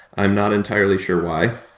i'm not entirely sure why.